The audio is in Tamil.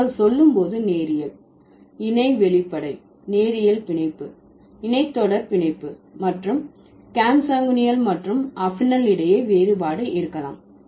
நீங்கள் சொல்லும் போது நேரியல் இணை வெளிப்படை நேரியல் பிணைப்பு இணை தொடர் பிணைப்பு மற்றும் கன்சாங்குனியல் மற்றும் அஃபினல் இடையே வேறுபாடு இருக்கலாம்